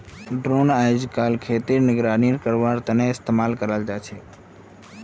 drone अइजकाल खेतेर निगरानी करवार तने इस्तेमाल कराल जाछेक